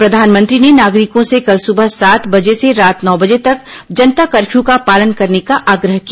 प्रधानमंत्री ने नागरिकों से कल सुबह सात बजे से रात नौ बजे तक जनता कर्फ्यू का पालन करने का आग्रह किया